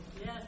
Yes